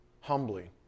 humbly